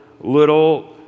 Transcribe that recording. little